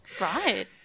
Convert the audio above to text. Right